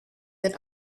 that